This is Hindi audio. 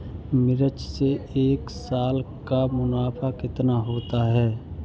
मिर्च से एक साल का मुनाफा कितना होता है?